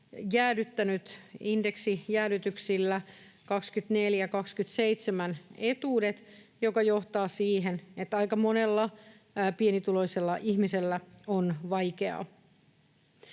jäädyttänyt indeksijäädytyksillä etuudet vuosille 24—27, mikä johtaa siihen, että aika monella pienituloisella ihmisellä on vaikeaa.